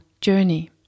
journey